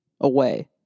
away